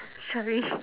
sorry